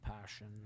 passion